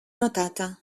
notata